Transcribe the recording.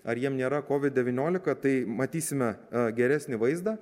ar jiem nėra covid devyniolika tai matysime geresnį vaizdą